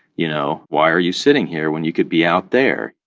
you know, why are you sitting here when you could be out there?